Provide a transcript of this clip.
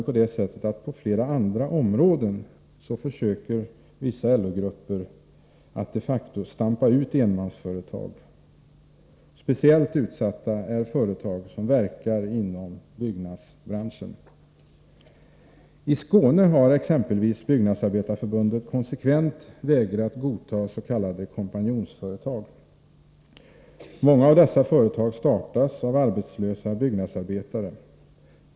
På flera områden försöker vissa LO-grupper att de facto stampa ut enmansföretag. Speciellt utsatta är företag som verkar inom just byggnadsbranschen. I Skåne har exempelvis Byggnadsarbetareförbundet konsekvent vägrat att godta s.k. kompanjonföretag. Många av dessa företag startas av arbetslösa byggnadsarbetare.